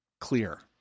clear